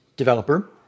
developer